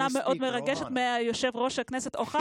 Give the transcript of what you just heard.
רבת-משמעות מיושב-ראש הכנסת אמיר אוחנה.